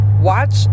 watch